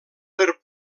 per